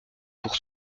pour